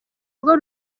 rwo